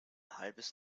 halbes